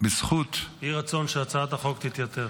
שבזכות -- יהי רצון שהצעת החוק תתייתר.